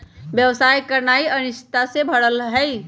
व्यवसाय करनाइ अनिश्चितता से भरल हइ